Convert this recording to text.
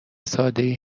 سادهای